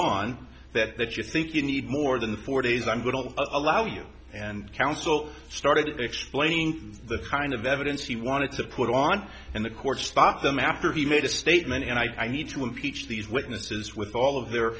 on that that you think you need more than the four days i'm going to allow you and counsel started explaining the kind of evidence he wanted to put on and the court stopped them after he made a statement and i need two of each of these witnesses with all of their